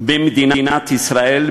במדינת ישראל,